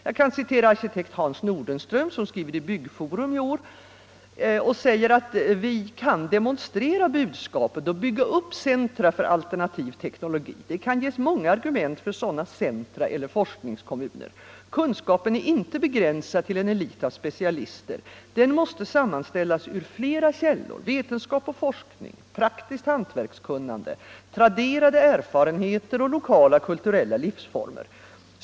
Jag kan citera arkitekt Hans Nordenström som i år skriver i Byggforum att ”vi kan demonstrera budskapet och bygga upp centra för alternativ teknologi. Det kan ges många argument för sådana centra eller forskningskommuner. Kunskapen är inte begränsad till en elit av specialister. Den måste sammanställas ur flera källor, vetenskap och forskning, praktiskt hantverkskunnande, traderade erfarenheter och lokala kulturella livsformer.